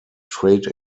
trade